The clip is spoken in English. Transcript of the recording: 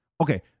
Okay